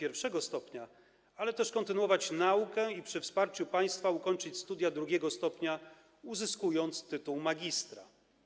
I stopnia, ale też kontynuować naukę i przy wsparciu państwa ukończyć studia II stopnia, uzyskując tytuł magistra.